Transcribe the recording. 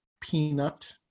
Peanut